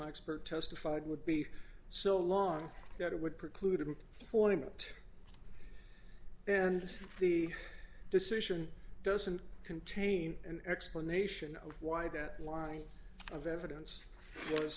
expert testified would be so long that it would preclude an ornament and the decision doesn't contain an explanation of why that line of evidence